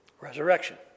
resurrection